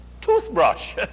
toothbrush